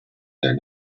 there